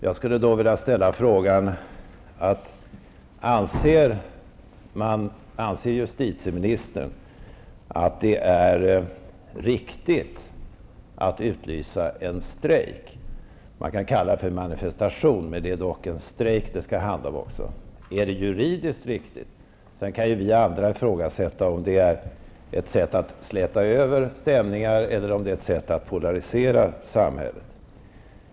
Jag skulle därför vilja ställa frågan: Anser justitieministern att det är riktigt att utlysa en strejk? Man kan kalla det för manifestation, men det skall dock även handla om en strejk. Är det juridiskt riktigt? Sedan kan vi andra ifrågasätta om det är ett sätt att släta över stämningar eller om det är ett sätt att polarisera samhället.